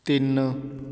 ਤਿੰਨ